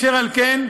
אשר על כן,